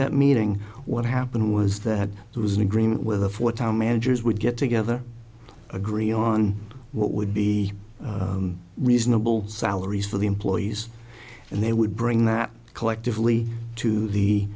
that meeting what happened was that there was an agreement with the four town managers would get together agree on what would be reasonable salaries for the employees and they would bring that collectively to the